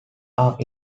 are